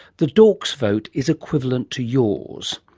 the dork's vote is equivalent to yours.